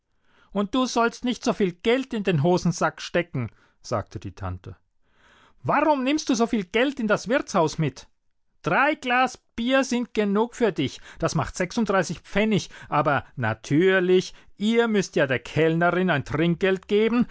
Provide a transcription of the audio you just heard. und du sollst nicht so viel geld in den hosensack stecken sagte die tante warum nimmst du so viel geld in das wirtshaus mit drei glas bier sind genug für dich das macht sechsunddreißig pfennig aber natürlich ihr müßt ja der kellnerin ein trinkgeld geben